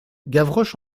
gavroche